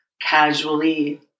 casually